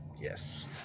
yes